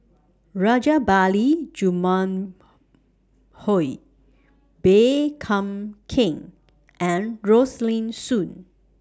Rajabali Jumabhoy Baey calm Keng and Rosaline Soon